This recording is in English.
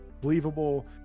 believable